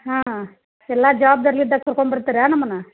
ಹಾಂ ಎಲ್ಲ ಜವಾಬ್ದಾರಿಯಿಂದ ಕರ್ಕೊಂಡ್ಬರ್ತೀರಾ ನಮ್ಮನ್ನ